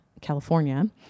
California